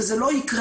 וזה לא יקרה.